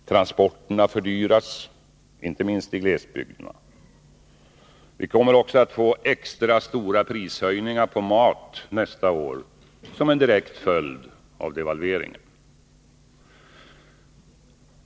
Transporterna fördyras — inte minst i glesbygderna. Vi kommer också att få extra stora prishöjningar på mat nästa år som en direkt följd av devalveringen.